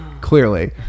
clearly